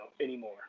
anymore